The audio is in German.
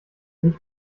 sich